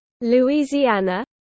Louisiana